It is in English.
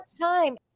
time